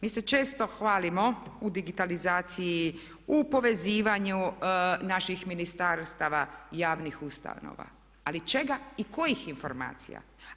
Mi se često hvalimo u digitalizaciji, u povezivanju naših ministarstava javnih ustanova, ali čega i kojih informacija?